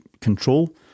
control